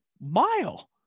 mile